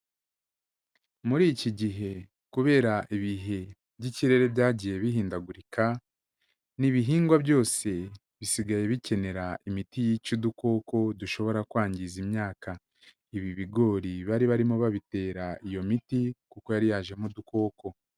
Muri iki gihe kubera ibihe by'ikirere byagiye bihindagurika n'ibihingwa byose bisigaye bikenera imiti yica udukoko dushobora kwangiza imyaka, ibi bigori bari barimo babitera iyo miti kuko yari yajemo udukoko.